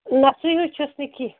نہَ سُہ ہیٛوٗ چھُس نہٕ کیٚنٛہہ